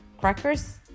crackers